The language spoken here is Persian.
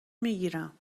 میگیرم